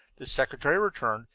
the secretary returned,